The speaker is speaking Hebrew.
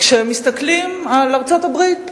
כשמסתכלים על ארצות-הברית.